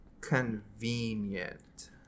convenient